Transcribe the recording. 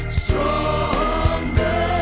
stronger